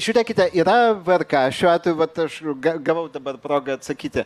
žiūrėkite yra vrk šiuo atveju vat aš ga gavau dabar progą atsakyti